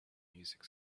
music